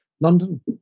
London